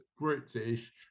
British